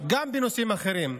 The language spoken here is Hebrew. גם בנושאים אחרים,